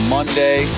Monday